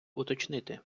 уточнити